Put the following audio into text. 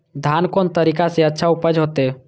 धान कोन तरीका से अच्छा उपज होते?